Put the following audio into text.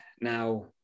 now